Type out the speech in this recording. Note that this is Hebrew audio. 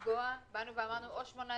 שזה לקבוע זכאות לדמי אבטלה לעצמאיים,